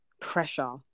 pressure